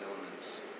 elements